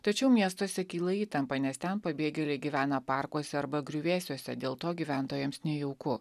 tačiau miestuose kyla įtampa nes ten pabėgėliai gyvena parkuose arba griuvėsiuose dėl to gyventojams nejauku